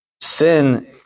Sin